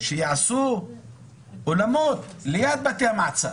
שיעשו אולמות ליד בתי המאסר,